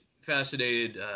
fascinated